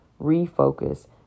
refocus